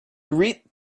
greet